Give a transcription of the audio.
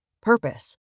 Purpose